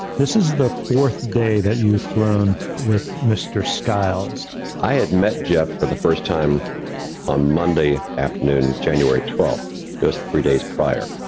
this is the fourth day that you've flown with mr. skiles i had met jeff for the first time on monday afternoon, january twelfth, just three days prior.